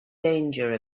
danger